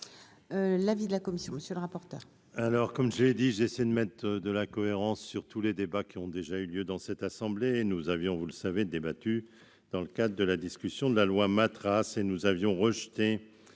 l'avis de la commission, monsieur le rapporteur.